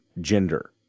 gender